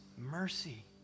mercy